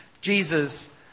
Jesus